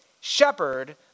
shepherd